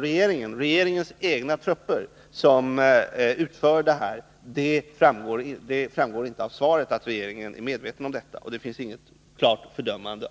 regeringens egna trupper som utför övergreppen. Det finns inget klart fördömande av detta i utrikesministerns svar.